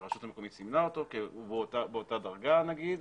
שהרשות המקומית סימנה אותו, הוא באותה דרגה נגיד,